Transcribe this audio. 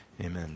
amen